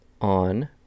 on